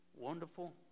wonderful